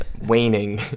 waning